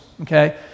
Okay